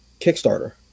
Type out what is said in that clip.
kickstarter